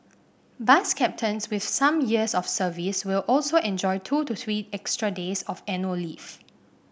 bus captains with some years of service will also enjoy two to three extra days of annual leave